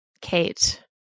Kate